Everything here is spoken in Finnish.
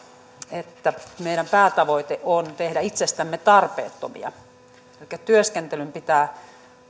että meidän päätavoitteemme on tehdä itsestämme tarpeettomia eli työskentelyn pitää